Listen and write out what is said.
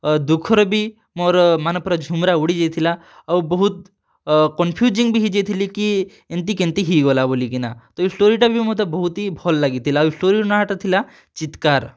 ଦୁଃଖରେ ବି ମୋର୍ ମାନେ ପୂରା ଝୁମ୍ରା ଉଡ଼ିଯାଇଥିଲା ଆଉ ବହୁତ୍ କନଫ୍ୟୁଜିଙ୍ଗ୍ ବି ହେଇଯାଇଥିଲି କି ଏନ୍ତି କେନ୍ତି ହେଇଗଲା ବୋଲିକିନା ତ ଇ ଷ୍ଟୋରୀଟା ବି ମୋତେ ବହୁତ୍ ହି ଭଲ୍ ଲାଗିଥିଲା ଆଉ ଷ୍ଟୋରୀର ନାଁ'ଟା ଥିଲା ଚିତ୍କାର୍